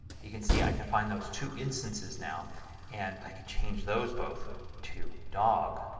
you can see i can find those two instances now and i can change those both to dog.